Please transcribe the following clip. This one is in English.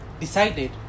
decided